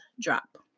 drop